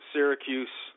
Syracuse